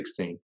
16